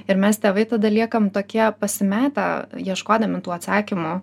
ir mes tėvai tada liekam tokie pasimetę ieškodami tų atsakymų